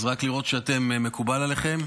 רק לראות שמקובל עליכם.